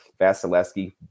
Vasilevsky